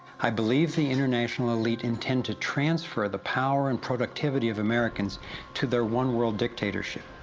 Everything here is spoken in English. i believe the international elite intend to transfer the power and productivity of americans to their one world dictatorship,